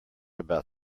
about